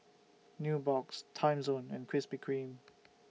Nubox Timezone and Krispy Kreme